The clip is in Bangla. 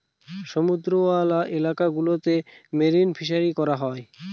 সমুদ্রওয়ালা এলাকা গুলোতে মেরিন ফিসারী করা হয়